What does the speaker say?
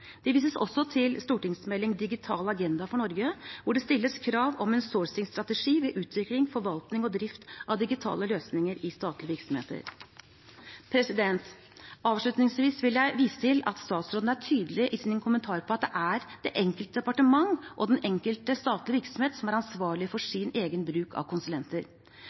Det vises også til stortingsmeldingen Digital agenda for Norge, hvor det stilles krav om en «sourcing»-strategi ved utvikling, forvaltning og drift av digitale løsninger i statlige virksomheter. Avslutningsvis vil jeg vise til at statsråden er tydelig i sine kommentarer på at det er det enkelte departement og den enkelte statlige virksomhet som er ansvarlig for sin egen bruk av konsulenter.